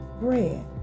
bread